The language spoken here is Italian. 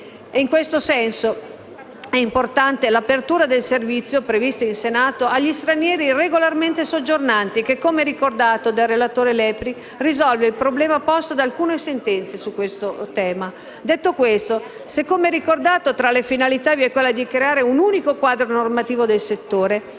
In questo senso, è importante l'apertura del servizio, prevista in Senato, agli stranieri regolarmente soggiornanti che, come ricordato dal relatore Lepri, risolve il problema posto da alcune sentenze su questo tema. Detto questo, se, come ricordato, tra le finalità vi è quella di creare un unico quadro normativo del settore,